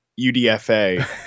UDFA